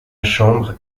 chambre